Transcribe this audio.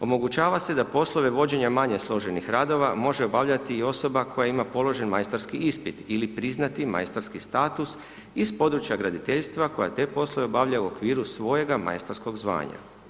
Omogućava se da poslove vođenja manje složenih radova može obavljati i osoba koja ima položen majstorski ispit ili priznati majstorski status iz područja graditeljstva koja te poslove obavlja u okviru svojega majstorskog zvanja.